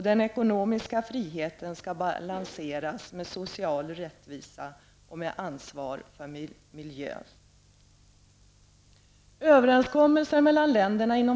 Den ekonomiska friheten skall balanseras med social rättvisa och med ansvar för miljön.